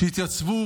שהתייצבו